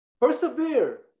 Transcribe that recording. Persevere